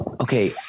okay